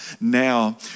now